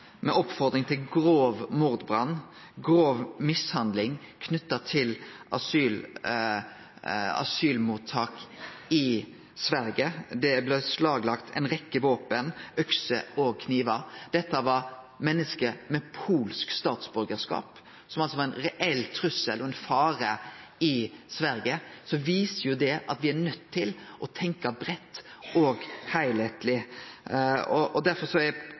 til grov mordbrann, grov mishandling knytt til asylmottak i Sverige, og ein har beslaglagt ei rekkje våpen, økser og knivar. Dette var menneske med polsk statsborgarskap, som altså var ein reell trussel og ein fare i Sverige, og det viser jo at me er nøydde til å tenkje breitt og